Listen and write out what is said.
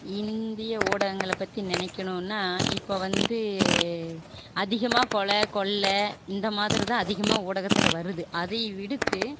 இந்திய ஊடங்கள் பற்றி நினைக்கணுனா இப்போ வந்து அதிகமாக கொலை கொள்ளை இந்த மாதிரி தான் அதிகமாக ஊடகத்தில் வருது அதை விடுத்து